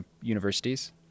universities